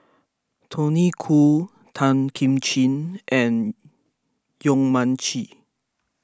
Tony Khoo Tan Kim Ching and Yong Mun Chee